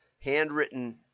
handwritten